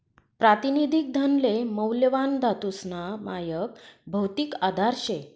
प्रातिनिधिक धनले मौल्यवान धातूसना मायक भौतिक आधार शे